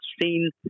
seen